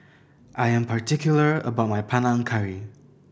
I am particular about my Panang Curry